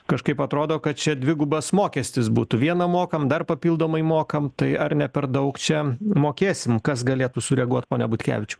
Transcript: kažkaip atrodo kad čia dvigubas mokestis būtų vieną mokam dar papildomai mokam tai ar ne per daug čia mokėsim kas galėtų sureaguot pone butkevičiau